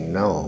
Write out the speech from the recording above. no